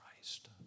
Christ